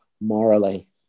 morally